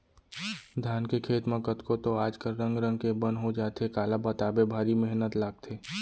धान के खेत म कतको तो आज कल रंग रंग के बन हो जाथे काला बताबे भारी मेहनत लागथे